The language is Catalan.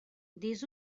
dis